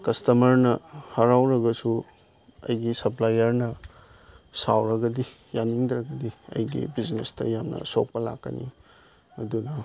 ꯀꯁꯇꯃꯔꯅ ꯍꯔꯥꯎꯔꯒꯁꯨ ꯑꯩꯒꯤ ꯁꯞꯄ꯭ꯂꯥꯏꯌꯔꯅ ꯁꯥꯎꯔꯒꯗꯤ ꯌꯥꯅꯤꯡꯗ꯭ꯔꯒꯗꯤ ꯑꯩꯒꯤ ꯕꯤꯖꯤꯅꯦꯁꯇ ꯌꯥꯝꯅ ꯑꯁꯣꯛꯄ ꯂꯥꯛꯀꯅꯤ ꯑꯗꯨꯅ